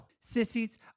sissies